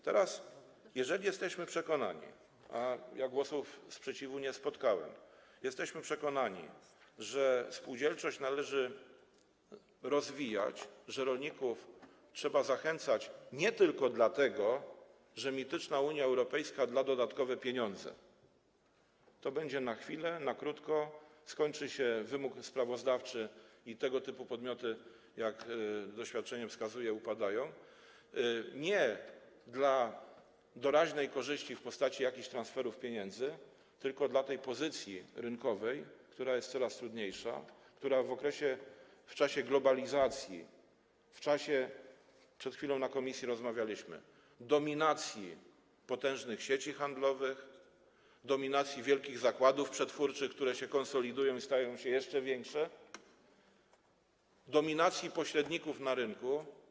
Teraz jeżeli jesteśmy przekonani - a ja głosów sprzeciwu nie słyszałem - że spółdzielczość należy rozwijać, że rolników trzeba zachęcać nie tylko dlatego, że mityczna Unia Europejska da dodatkowe pieniądze, to będzie to na chwilę, na krótko, skończy się wymóg sprawozdawczy i tego typu podmioty, jak doświadczenie wskazuje, upadają, nie dla doraźnej korzyści w postaci jakichś transferów pieniędzy, tylko dla tej pozycji rynkowej, która jest coraz trudniejsza, która w tym okresie, w czasie globalizacji, w czasie - przed chwilą o tym w komisji rozmawialiśmy - dominacji potężnych sieci handlowych, dominacji wielkich zakładów przetwórczych, które się konsolidują i stają się jeszcze większe, dominacji pośredników na rynku.